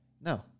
No